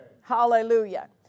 Hallelujah